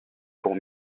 pour